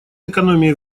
экономии